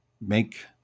make